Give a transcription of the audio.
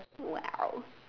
!wow!